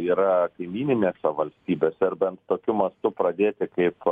yra kaimyninėse valstybėse ar bent tokiu mastu pradėti kaip